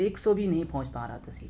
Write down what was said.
ایک سو بھی نہیں پہنچ پا رہا تھا سیٹ